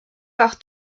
par